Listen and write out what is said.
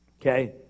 Okay